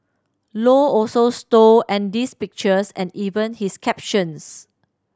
low also stole Andy's pictures and even his captions